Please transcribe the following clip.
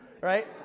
right